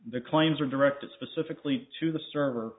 the claims are directed specifically to the server